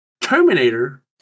Terminator